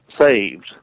saved